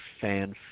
fan